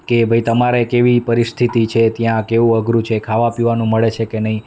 કે ભાઈ તમારે કેવી પરિસ્થિતિ છે ત્યાં કેવું અઘરું છે ખાવા પીવાનું મળે છે કે નહીં